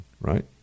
right